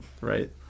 right